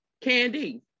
Candy